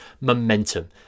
Momentum